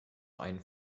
einen